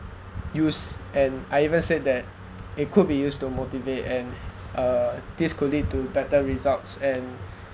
used and I even said that it could be used to motivate and uh this could lead to better results and